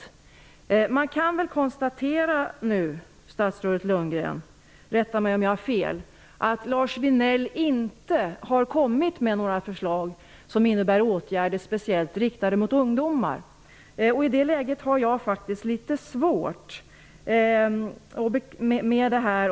Men man kan väl nu konstatera, statsrådet Lundgren -- rätta mig om jag har fel -- att Lars Vinell inte har kommit med några förslag till åtgärder speciellt riktade mot ungdomar. I det läget har jag faktiskt litet svårt att se fördelarna här.